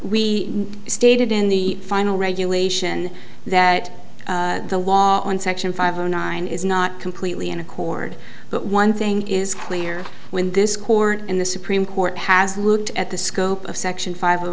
we stated in the final regulation that the law in section five zero nine is not completely in accord but one thing is clear when this court in the supreme court has looked at the scope of section five